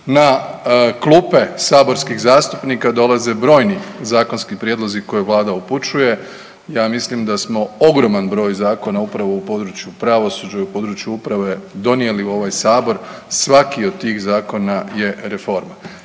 na klupe saborskih zastupnika dolaze brojni zakonski prijedlozi koje vlada upućuje. Ja mislim da smo ogroman broj zakona upravo u području pravosuđa i u području uprave donijeli u ovaj sabor. Svaki od tih zakona je reforma